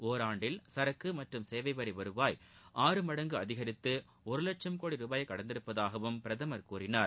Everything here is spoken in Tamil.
ஒராண்டில் சரக்கு மற்றும் சேவை வரி வருவாய் ஆறு மடங்கு அதிகரித்து ஒரு லட்சம் கோடி ரூபாயை கடந்திருப்பதாகவும் பிரதமர் கூறினார்